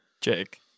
Jake